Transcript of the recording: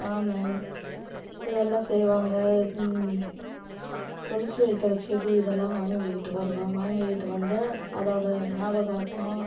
பானை இதெல்லாம் செய்வாங்க துளசி வைக்கிற செடி இதெல்லாம் வாங்கிக்கிட்டு வருவேன் வாங்கிக்கிட்டு வந்து அதோடய ஞாபகார்த்தமாக